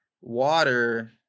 water